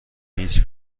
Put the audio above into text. هیچ